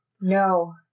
No